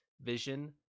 vision